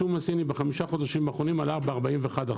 השום הסיני בחמשת החודשים האחרונים עלה ב-41%,